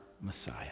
Messiah